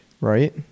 Right